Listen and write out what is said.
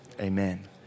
amen